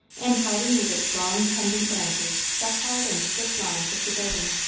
and hiding with its long pendant branches the hard and stiff lines of the building.